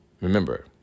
remember